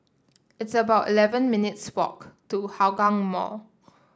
it's about eleven minutes' walk to Hougang Mall